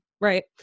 right